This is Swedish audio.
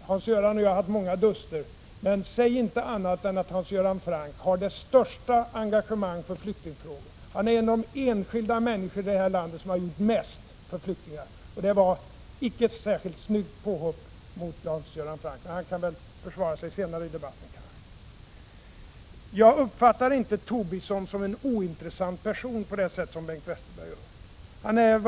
Hans Göran Franck och jag har haft många duster, men säg inte annat än att Hans Göran Franck har det största engagemang för flyktingfrågorna! Han är en av de enskilda människor i det här landet som har gjort mest för flyktingar. Det där var icke ett särskilt snyggt påhopp, men Hans Göran Franck kan säkert försvara sig själv senare i debatten. Jag uppfattar inte Lars Tobisson som en ointressant person på det sätt som Bengt Westerberg gör.